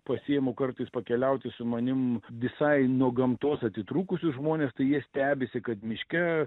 pasiimu kartais pakeliauti su manim visai nuo gamtos atitrūkusius žmones tai jie stebisi kad miške